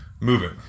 moving